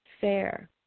fair